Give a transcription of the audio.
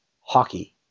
Hockey